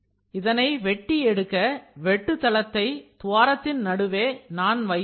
இதனை வெட்டி எடுக்க வெட்டு தளத்தை துவாரத்தின் நடுவில் நான் வைக்கிறேன்